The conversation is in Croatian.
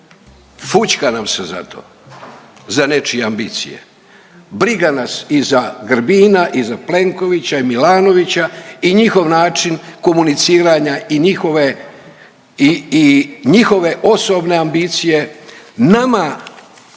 Fučka nam se za to, za nečije ambicije. Briga nas i za Grbina i za Plenkovića i Milanovića i njihov način komuniciranja i njihove i, i njihove osobne ambicije. Nama